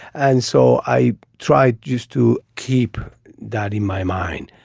and so i tried just to keep that in my mind.